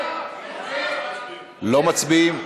לא מצביעים?